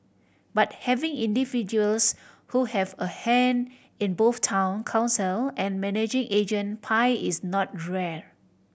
but having individuals who have a hand in both Town Council and managing agent pie is not rare